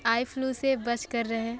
आई flu से बच कर रहें